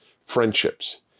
friendships